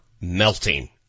melting